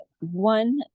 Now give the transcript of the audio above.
One